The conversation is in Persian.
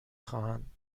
خواهند